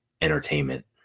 entertainment